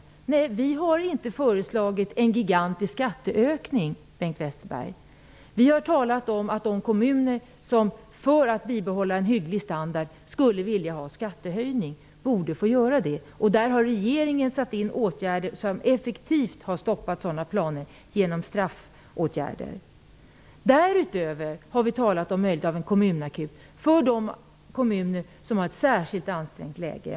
Vi i Vänsterpartiet har inte föreslagit en gigantisk skatteökning, Bengt Westerberg. Vi har talat om att de kommuner som vill genomföra en skattehöjning, för att kunna bibehålla en hygglig standard, borde få göra det. Men regeringen har satt in straffåtgärder som effektivt stoppar sådana planer. Därutöver har vi i Vänsterpartiet talat om möjligheten till en kommunakut för de kommuner som har ett särskilt ansträngt läge.